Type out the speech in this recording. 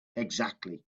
exactly